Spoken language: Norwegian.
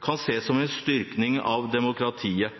kan ses som en styrking av demokratiet.